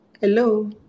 hello